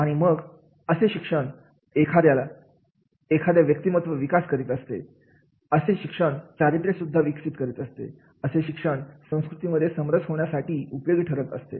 आणि मग असे शिक्षण पण एखाद्या व्यक्तिमत्व विकसित करीत असते असे शिक्षण चारित्र्य सुद्धा विकसित करीत असते असे शिक्षण संस्कृतीमध्ये समरस होण्यासाठी उपयोगी ठरत असते